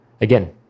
again